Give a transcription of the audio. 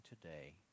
today